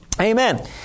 Amen